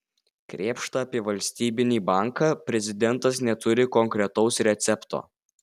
krėpšta apie valstybinį banką prezidentas neturi konkretaus recepto